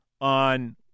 on